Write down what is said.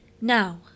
Now